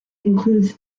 includes